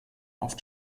auf